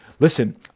Listen